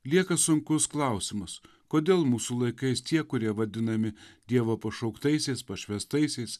lieka sunkus klausimas kodėl mūsų laikais tie kurie vadinami dievo pašauktaisiais pašvęstaisiais